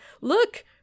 look